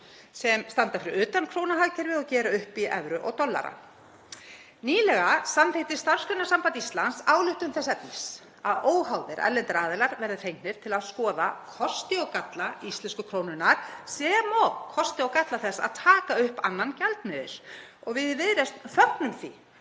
sem standa fyrir utan krónuhagkerfið og gera upp í evru og dollara. Nýlega samþykkti Starfsgreinasamband Íslands ályktun þess efnis að óháðir erlendir aðilar verði fengnir til að skoða kosti og galla íslensku krónunnar, sem og kosti og galla þess að taka upp annan gjaldmiðil. Við í Viðreisn fögnum því